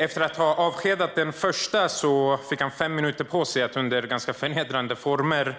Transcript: Den första läraren som avskedades fick fem minuter på sig att under ganska förnedrande former